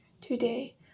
Today